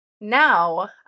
now